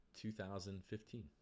2015